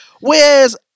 Whereas